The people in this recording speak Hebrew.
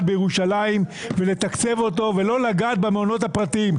בירושלים ולתקצב אותו ולא לגעת במעונות הפרטיים,